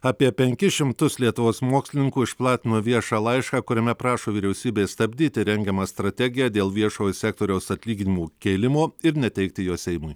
apie penkis šimtus lietuvos mokslininkų išplatino viešą laišką kuriame prašo vyriausybės stabdyti rengiamą strategiją dėl viešojo sektoriaus atlyginimų kėlimo ir neteikti jo seimui